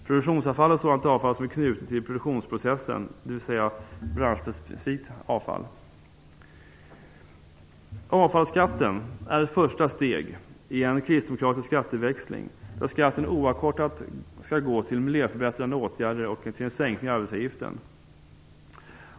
Produktionsavfall är sådant avfall som är knutet till produktionsprocessen, dvs. branschspecifikt avfall. Avfallsskatten är ett första steg i en kristdemokratisk skatteväxling där skatten oavkortat skall gå till miljöförbättrande åtgärder och till en sänkning av arbetsgivaravgiften.